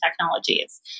technologies